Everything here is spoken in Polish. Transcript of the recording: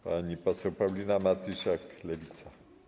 Pani poseł Paulina Matysiak, Lewica.